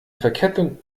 verkettung